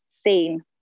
seen